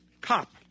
cop